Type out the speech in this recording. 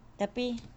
tapi